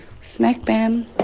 smack-bam